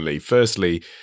Firstly